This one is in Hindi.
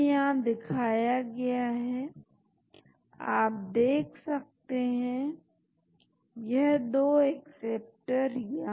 तो यहां B और C के बीच क्या बातें समान है जैसा कि आप देख सकते हैं B और C यह दो इंटरसेप्टिंग एलिमेंट्स है